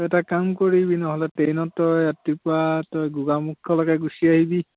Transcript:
তই এটা কাম কৰিবি নহ'লে ট্ৰেইনত তই ৰাতিপুৱা তই গোগামুখলৈকে গুচি আহিবি